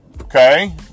Okay